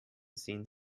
sehen